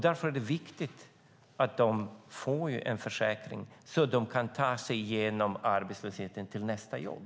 Därför är det viktigt att de får en försäkring så att de kan ta sig igenom arbetslösheten till nästa jobb.